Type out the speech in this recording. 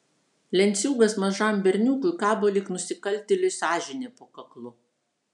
lenciūgas mažam berniukui kabo lyg nusikaltėliui sąžinė po kaklu